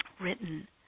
written